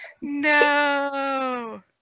No